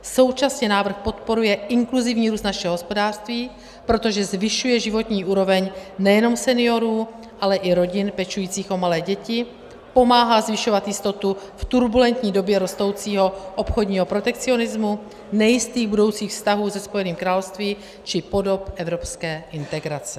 Současně návrh podporuje inkluzivní růst našeho hospodářství, protože zvyšuje životní úroveň nejenom seniorů, ale i rodin pečujících o malé děti, pomáhá zvyšovat jistotu v turbulentní době rostoucího obchodního protekcionismu, nejistých budoucích vztahů se Spojeným královstvím či podob evropské integrace.